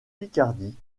picardie